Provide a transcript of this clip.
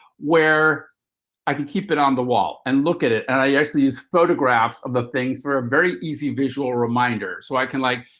where i can keep it on the wall and look at it. and i actually use photographs of the things for a very easy visual reminder, so i can like